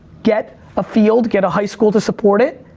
get a field, get a high school to support it.